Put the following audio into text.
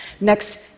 Next